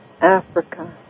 Africa